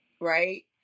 right